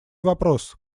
вопрос